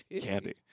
candy